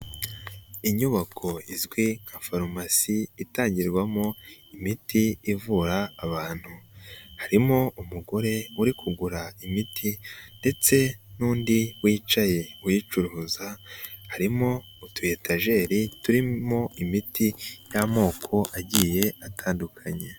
Inyubako izwi nka farumasi itangirwamo imiti ivura abantu, harimo umugore uri kugura imiti ndetse n'undi wicaye uyicuruza, harimo utuetageri turimo imiti y'amoko agiye atandukanye.